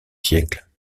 siècle